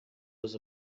was